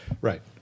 right